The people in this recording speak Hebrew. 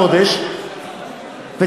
תשעה חודשים,